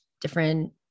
different